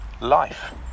life